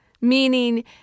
Meaning